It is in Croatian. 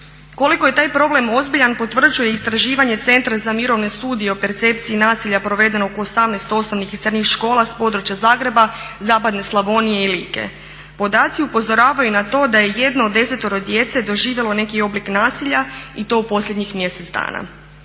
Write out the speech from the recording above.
Koliko je taj problem ozbiljan potvrđuje istraživanje Centra za mirovine studije o percepciji nasilja provedenog u 18 osnovnih i srednjih škola sa područja Zagreba, zapadne Slavonije i Like. Podaci upozoravaju i na to da je jedno od 10-ero djece doživjelo neki oblik nasilja i to u posljednjih mjesec dana.